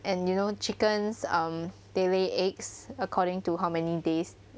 and you know chickens um they lay eggs according to how many days